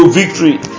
victory